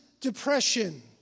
depression